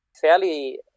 fairly